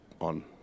on